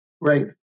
Right